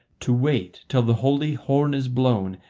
to wait till the holy horn is blown,